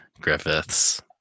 griffiths